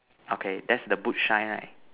okay that's the boot shine right